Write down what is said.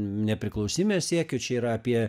nepriklausomybės siekį čia yra apie